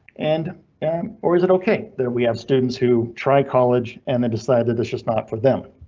and and or is it ok there? we have students who try college and they decide that it's just not for them.